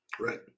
Right